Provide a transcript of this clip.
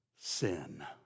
sin